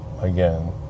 again